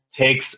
takes